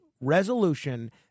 resolution